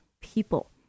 people